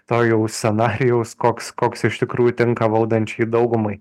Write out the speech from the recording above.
to jau scenarijaus koks koks iš tikrųjų tinka valdančiai daugumai